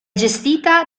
gestita